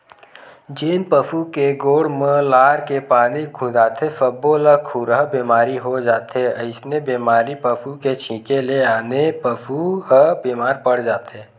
जेन पसु के गोड़ म लार के पानी खुंदाथे सब्बो ल खुरहा बेमारी हो जाथे अइसने बेमारी पसू के छिंके ले आने पसू ह बेमार पड़ जाथे